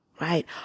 Right